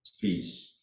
Peace